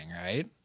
right